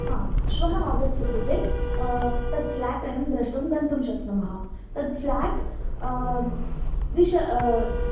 हा श्वः आगच्छति चेत् तत् फ़्लेट् वयं द्रष्टुं गन्तुं शक्नुमः तद् फ़्लेट् त्रिश